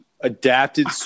Adapted